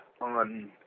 on